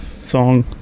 Song